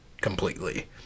completely